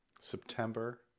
September